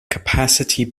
capacity